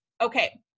Okay